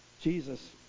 Jesus